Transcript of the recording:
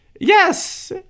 Yes